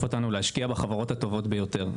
אותנו להשקיע בחברות הטובות ביותר.